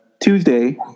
Tuesday